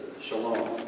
shalom